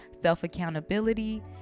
self-accountability